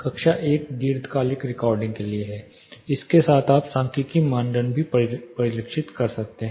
कक्षा I दीर्घकालिक recording के लिए है इसके साथ आप सांख्यिकीय मानदंड भी परिलक्षित कर सकते हैं